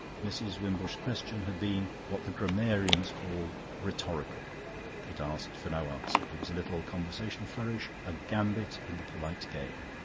mrs. wimbush's question had been what the grammarians call rhetorical it asked for no answer. it was a little conversational flourish, a gambit in the polite game.